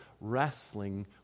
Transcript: wrestling